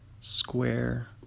square